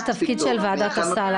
זה התפקיד של ועדת הסל.